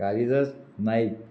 Kalidas Naik